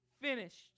finished